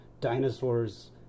dinosaurs